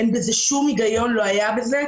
שום היגיון לא היה בזה.